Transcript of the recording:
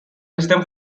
system